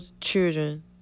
children